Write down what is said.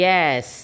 Yes